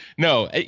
No